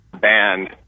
banned